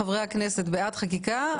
חברי הכנסת בעד חקיקה,